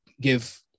give